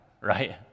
right